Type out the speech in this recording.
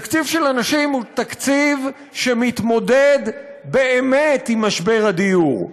תקציב של אנשים הוא תקציב שמתמודד באמת עם משבר הדיור.